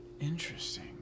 Interesting